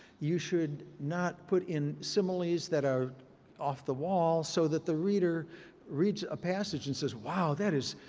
you should not put in similes that are off the wall so that the reader reads a passage and says wow, that is,